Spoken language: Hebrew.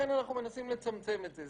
לכן אנחנו מנסים לצמצם את זה.